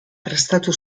prestatu